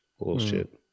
Bullshit